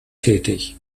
tätig